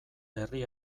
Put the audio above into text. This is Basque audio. herri